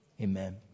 Amen